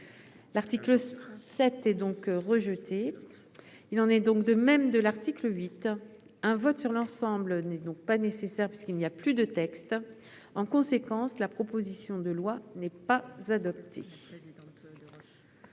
l'article 7 et donc rejetée, il en est donc de même de l'article 8 un vote sur l'ensemble n'est donc pas nécessaire puisqu'il n'y a plus de texte en conséquence, la proposition de loi n'est pas adopté.